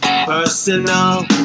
personal